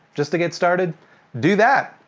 just to get started do that,